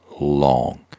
long